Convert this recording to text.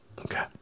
Okay